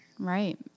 Right